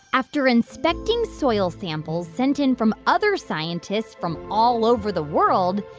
after inspecting soil samples sent in from other scientists from all over the world,